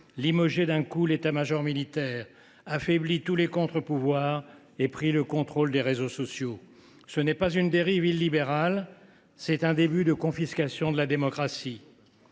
limogé d’un coup l’état major militaire, affaibli tous les contre pouvoirs, ou pris le contrôle des réseaux sociaux. Ce n’est pas une dérive illibérale ; c’est un début de confiscation de la démocratie.